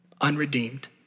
Unredeemed